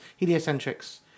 Heliocentrics